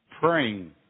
Praying